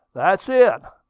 that's it,